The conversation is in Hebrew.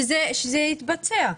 שיתבצע,